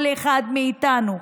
כל אחד מאיתנו,